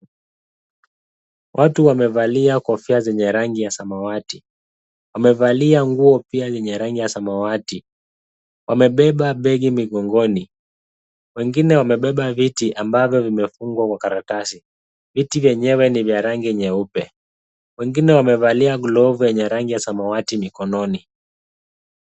Watu wamevalia kofia zenye rangi ya samawati, wamevalia nguo pia zenye rangi ya samawati. Wamebeba begi migongoni, wengine wamebeba viti ambavyo vimefungwa kwa karatasi. Viti vyenyewe ni vya rangi nyeupe, wengine wamevalia glovu yenye rangi ya samawati mikononi.